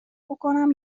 بکـنم